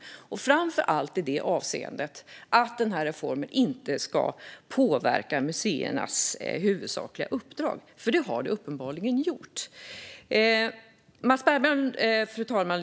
Det gäller framför allt i avseendet att reformen inte ska påverka museernas huvudsakliga uppdrag, för det har den uppenbarligen gjort. Fru talman!